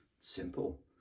Simple